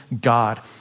God